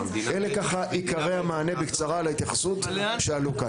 אלה עיקרי המענה בקצרה להתייחסויות שעלו כאן.